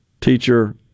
teacher